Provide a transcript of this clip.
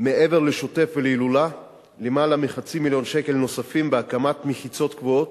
מעבר לשוטף ולהילולה למעלה מחצי מיליון שקל נוספים בהקמת מחיצות גבוהות,